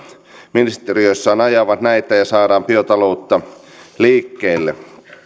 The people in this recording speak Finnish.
ministeriöissään ajavat näitä ja saadaan biotaloutta liikkeelle